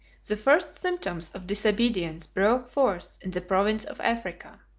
the first symptoms of disobedience broke forth in the province of africa.